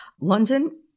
London